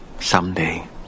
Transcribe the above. Someday